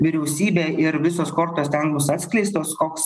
vyriausybė ir visos kortos ten bus atskleistos koks